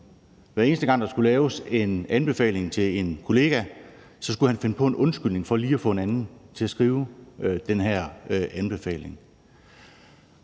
hver eneste gang der skulle laves en anbefaling til en kollega, skulle finde på en undskyldning for lige at få en anden til at skrive den her anbefaling.